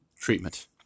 treatment